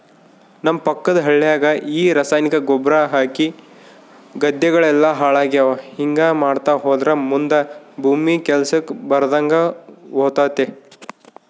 ನಮ್ಮ ಪಕ್ಕದ ಹಳ್ಯಾಗ ಈ ರಾಸಾಯನಿಕ ಗೊಬ್ರ ಹಾಕಿ ಗದ್ದೆಗಳೆಲ್ಲ ಹಾಳಾಗ್ಯಾವ ಹಿಂಗಾ ಮಾಡ್ತಾ ಹೋದ್ರ ಮುದಾ ಭೂಮಿ ಕೆಲ್ಸಕ್ ಬರದಂಗ ಹೋತತೆ